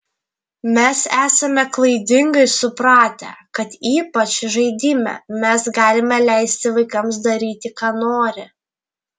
mes esame klaidingai supratę kad ypač žaidime mes galime leisti vaikams daryti ką nori